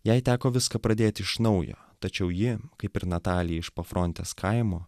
jai teko viską pradėti iš naujo tačiau ji kaip ir natalija iš pafrontės kaimo